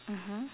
mmhmm